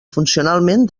funcionalment